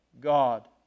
God